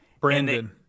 Brandon